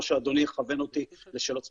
או שאדוני יכוון אותי לשאלות ספציפיות.